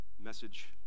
message